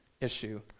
issue